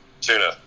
Tuna